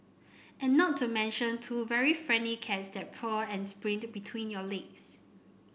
and not to mention two very friendly cats that purr and sprint between your legs